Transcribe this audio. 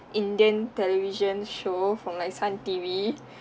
indian television show from like sun T_V